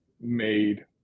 made